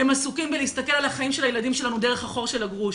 הם עסוקים בלהסתכל על החיים של הילדים שלנו דרך החור של הגרוש.